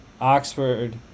Oxford